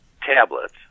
tablets